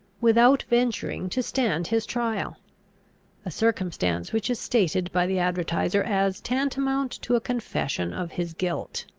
without venturing to stand his trial a circumstance which is stated by the advertiser as tantamount to a confession of his guilt.